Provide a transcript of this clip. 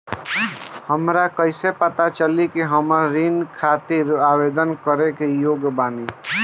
हमरा कईसे पता चली कि हम ऋण खातिर आवेदन करे के योग्य बानी?